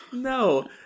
no